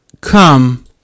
come